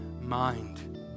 mind